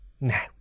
Now